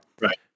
Right